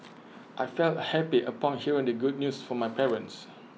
I felt happy upon hearing the good news from my parents